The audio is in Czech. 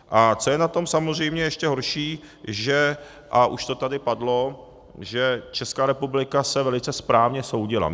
A co je na tom samozřejmě ještě horší, a už to tady padlo, že Česká republika se velice správně soudila.